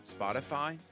Spotify